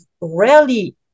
rarely